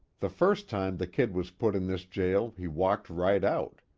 the first time the kid was put in this jail he walked right out,